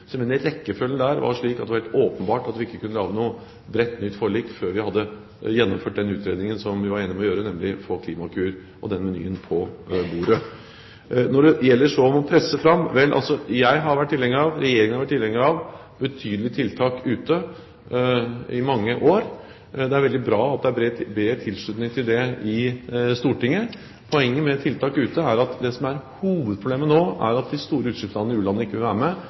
rekkefølgen der var slik at det var helt åpenbart at vi ikke kunne lage noe bredt, nytt forlik før vi hadde gjennomført den utredningen vi var enige om, nemlig å få Klimakur og den menyen på bordet. Når det så gjelder å presse fram: Vel, jeg har vært tilhenger av og Regjeringen har vært tilhenger av betydelige tiltak ute i mange år. Det er veldig bra at det er bred tilslutning til det i Stortinget. Poenget med tiltak ute er at hovedproblemet nå er at de store utslippslandene blant u-landene ikke vil være med.